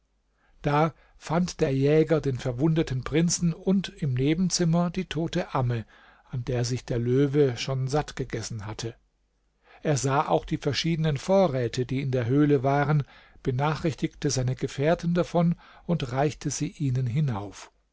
da fand der jäger den verwundeten prinzen und im nebenzimmer die tote amme an der sich der löwe schon satt gegessen hatte er sah auch die verschiedenen vorräte die in der höhle waren benachrichtigte seine gefährten davon und reichte sie ihnen hinauf